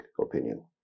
opinion